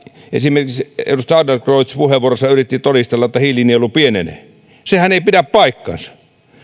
esimerkiksi edustaja adlercreutz puheenvuorossaan yritti todistella että hiilinielu pienenee sehän ei pidä paikkaansa